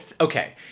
okay